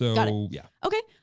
got it. yeah okay,